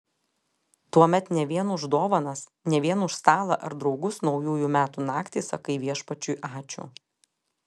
tuomet ne vien už dovanas ne vien už stalą ar draugus naujųjų metų naktį sakai viešpačiui ačiū